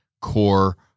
core